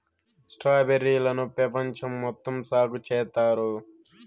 strawberry లను పెపంచం మొత్తం సాగు చేత్తారు